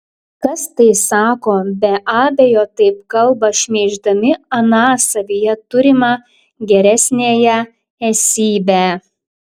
kas tai sako be abejo taip kalba šmeiždami aną savyje turimą geresniąją esybę